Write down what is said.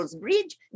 bridge